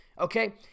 okay